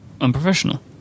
unprofessional